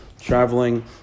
traveling